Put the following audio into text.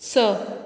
स